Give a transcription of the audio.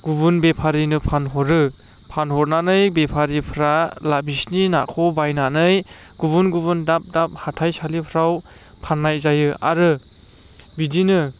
गुबुन बेफारिनो फानहरो फानहरनानै बेफारिफ्रा अब्ला बिसोरनि नाखौ बायनानै गुबुन गुबुन दाब दाब हाथायसालिफ्राव फाननाय जायो आरो बिदिनो